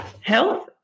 health